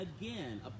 again